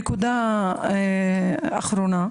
נקודה שלישית: